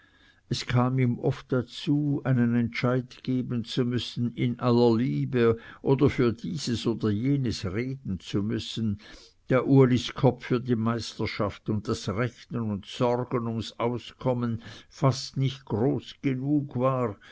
es kam ihm oft dazu einen entscheid geben zu müssen in aller liebe oder für dieses oder jenes reden zu müssen da ulis kopf für die meisterschaft und das rechnen und sorgen ums auskommen fast nicht groß genug war